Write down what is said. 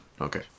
Okay